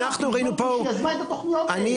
העירייה יזמה את התוכניות האלה.